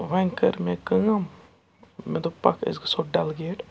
وۄنۍ کٔر مےٚ کٲم مےٚ دوٚپ پَکھ أسۍ گژھو ڈَل گیٹ